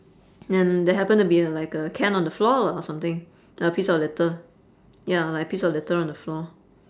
then there happened to be a like a can on the floor lah or something a piece of litter ya like a piece of litter on the floor